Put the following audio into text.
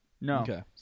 No